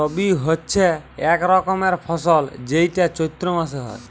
রবি হচ্যে এক রকমের ফসল যেইটা চৈত্র মাসে হ্যয়